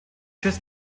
jazz